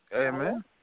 Amen